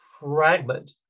fragment